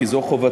כי זאת חובתי,